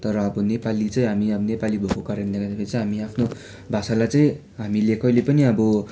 तर अब नेपाली चाहिँ हामी अब नेपाली भएको कारणले गर्दाखेरि चाहिँ हामी आफ्नो भाषालाई चाहिँ हामीले कहिले पनि अब